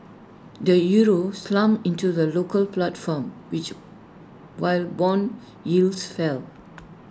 the euro slumped in to the local platform which while Bond yields fell